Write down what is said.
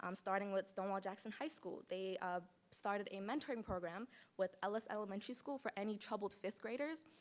um starting with stonewall jackson high school they ah started a mentoring program with ellis elementary school for any troubled fifth graders.